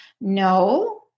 No